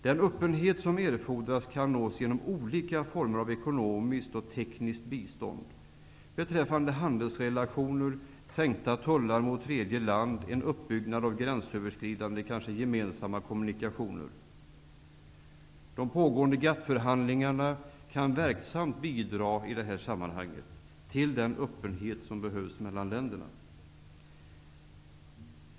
Den öppenhet som erfordras kan uppnås genom olika former av ekonomiskt och tekniskt bistånd, förbättrade handelsrelationer, sänkta tullar mot tredje land och kanske en uppbyggnad av gränsöverskridande gemensamma kommunikationer. De pågående GATT förhandlingarna kan verksamt bidra till den öppenhet som behövs mellan länderna.